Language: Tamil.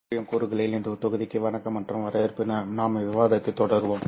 செயலற்ற WDM கூறுகளில் இந்த தொகுதிக்கு வணக்கம் மற்றும் வரவேற்பு நாம்விவாதத்தைத் தொடருவோம்